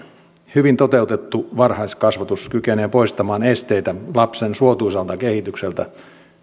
hyvin toteutettu varhaiskasvatus kykenee poistamaan esteitä lapsen suotuisalta kehitykseltä